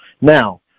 Now